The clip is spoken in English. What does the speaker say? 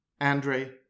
Andre